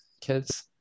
Kids